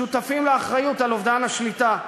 שותפים לאחריות לאובדן השליטה.